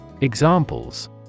Examples